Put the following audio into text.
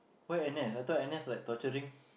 why N_S I thought N_S like torturing